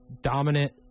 dominant